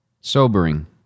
sobering